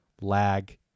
lag